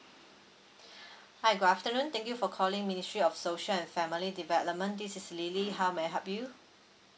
hi good afternoon thank you for calling ministry of social and family development this is lily how may I help you